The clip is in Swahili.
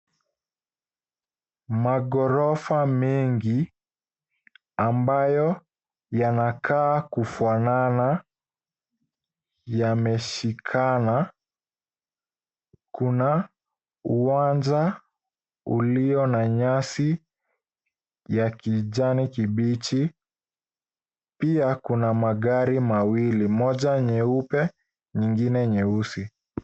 Maghorofa mengi ambayo yanakaa kufanana yameshikana. Kuna uwanja ulio na nyasi ya kijani kibichi. Pia kuna magari mawili, moja nyeupe nyingine nyeusi.